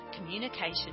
communication